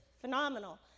phenomenal